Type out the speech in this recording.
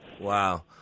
wow